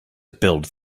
build